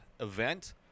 event